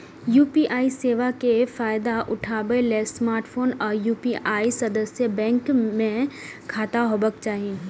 UPI सेवा के फायदा उठबै लेल स्मार्टफोन आ यू.पी.आई सदस्य बैंक मे खाता होबाक चाही